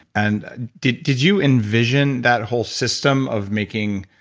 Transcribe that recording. and did did you envision that whole system of making